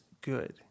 good